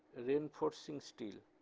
reinforcing steel.